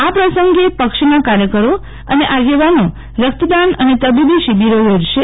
આ પ્રસંગે પક્ષના કાર્યકરો અને આગેવાનો રકત દાન અને તબોબી શિબિરો યોજશ